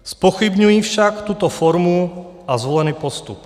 Zpochybňuji však tuto formu a zvolený postup.